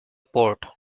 port